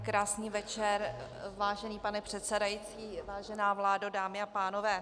Krásný večer, vážený pane předsedající, vážená vládo, dámy a pánové.